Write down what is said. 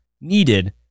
needed